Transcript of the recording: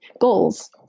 goals